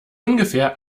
ungefähr